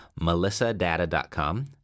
melissadata.com